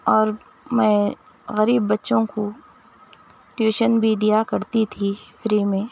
اور میں غریب بچوں کو ٹیوشن بھی دیا کرتی تھی فری میں